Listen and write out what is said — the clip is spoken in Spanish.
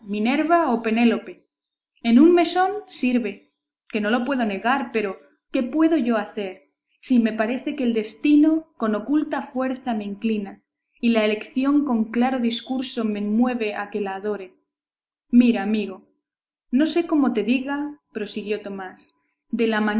penélope en un mesón sirve que no lo puedo negar pero qué puedo yo hacer si me parece que el destino con oculta fuerza me inclina y la elección con claro discurso me mueve a que la adore mira amigo no sé cómo te diga prosiguió tomás de la